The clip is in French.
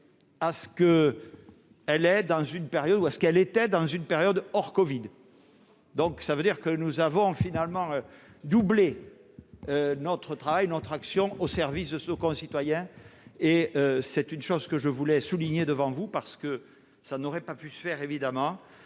à ce qu'elle était dans une période hors Covid donc ça veut dire que nous avons finalement doublé notre travail, notre action au service de ce concitoyens et c'est une chose que je voulais souligner devant vous, parce que ça n'aurait pas pu faire évidemment